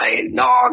no